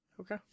Okay